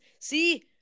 See